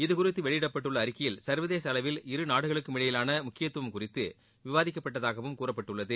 இதுகறித்து வெளியிடப்பட்டுள்ள அறிக்கையில் சர்வதேச அளவில் இருநாடுகளுக்கு இடையேயான முக்கியத்துவம் குறித்து விவாதிக்கப்பட்டதாகவும் கூறப்பட்டுள்ளது